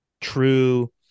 true